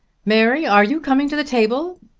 mary, are you coming to the table?